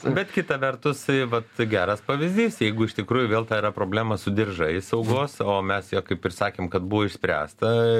bet kita vertus vat geras pavyzdys jeigu iš tikrųjų vėl ta yra problema su diržais saugos o mes ją kaip ir sakėm kad buvo išspręsta